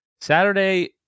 Saturday